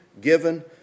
given